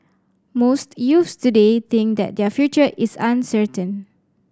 most youths today think that their future is uncertain